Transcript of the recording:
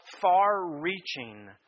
far-reaching